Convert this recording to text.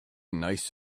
nice